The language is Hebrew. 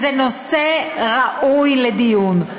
זה נושא ראוי לדיון,